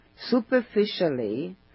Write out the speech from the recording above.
superficially